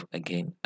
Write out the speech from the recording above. again